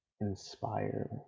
inspire